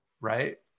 right